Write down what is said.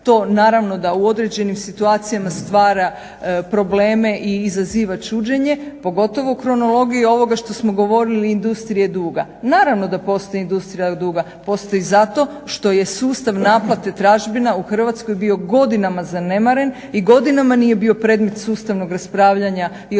To naravno da u određenim situacijama stvara probleme i izaziva čuđenje pogotovo u kronologiji ovoga što smo govorili industrije duga. Naravno da postoji industrija duga. Postoji zato što je sustav naplate tražbina u Hrvatskoj bio godinama zanemaren i godinama nije bio predmet sustavnog raspravljanja i odlučivanja